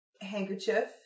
handkerchief